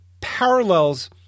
parallels